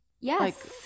Yes